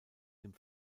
dem